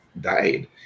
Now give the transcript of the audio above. died